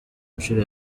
nshuro